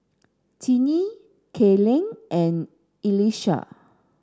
Tinie Kayleigh and Elisha